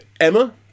Emma